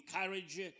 encourage